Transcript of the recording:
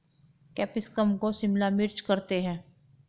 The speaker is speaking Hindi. कैप्सिकम को शिमला मिर्च करते हैं